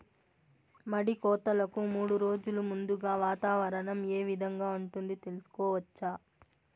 మడి కోతలకు మూడు రోజులు ముందుగా వాతావరణం ఏ విధంగా ఉంటుంది, తెలుసుకోవచ్చా?